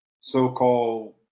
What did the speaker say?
so-called